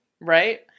right